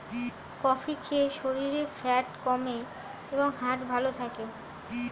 coffee খেলে শরীরের fat কমে এবং হার্ট ভালো থাকে